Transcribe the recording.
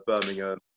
birmingham